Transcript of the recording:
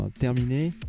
terminé